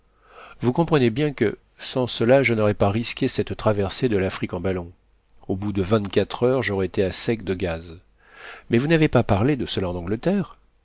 vous vous comprenez bien que sans cela je n'aurais pas risqué cette traversée de l'afrique en ballon au bout de vingt-quatre heures j'aurais été à sec de gaz mais vous n'avez pas parlé de cela en angleterre